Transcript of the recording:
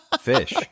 fish